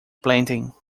planting